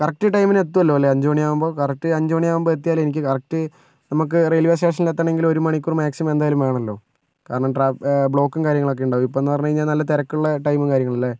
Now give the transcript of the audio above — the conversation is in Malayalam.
കറക്ട് ടൈമിനെത്തുമല്ലോ അല്ലേ അഞ്ച് മണിയാകുമ്പോൾ കറക്ട് അഞ്ച് മണിയാകുമ്പോൾ എത്തിയല്ലേ എനിക്ക് കറക്ട് നമുക്ക് റെയിൽ വേ സ്റ്റേഷനിലെത്തുകയാണെങ്കിൽ ഒരു മണിക്കൂർ മാക്സിമം എന്തായാലും വേണമല്ലോ കാരണം ബ്ലോക്കും കാര്യങ്ങളും ഒക്കെ ഉണ്ട് ഇപ്പം എന്ന് പറഞ്ഞുകഴിഞ്ഞാൽ നല്ല തിരക്കുള്ള ടൈമും കാര്യങ്ങളല്ലേ